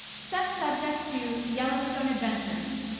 set subject to yellowstone adventures.